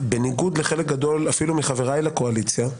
בניגוד לחלק גדול אפילו מחבריי לקואליציה,